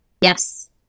Yes